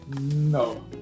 No